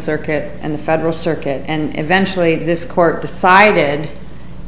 circuit and the federal circuit and eventually this court decided